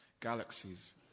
galaxies